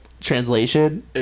translation